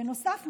בנוסף,